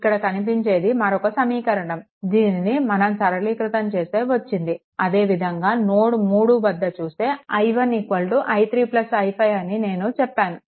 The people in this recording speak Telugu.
ఇక్కడ కనిపించేది మరొక సమీకరణం దీనిని మనం సరళీకృతం చేస్తే వచ్చింది అదే విధంగా నోడ్3 వద్ద చూస్తే i1 i3 i5 అని నేను చెప్పాను